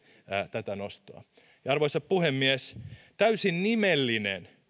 tätä nostoa arvoisa puhemies täysin nimellinen